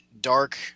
dark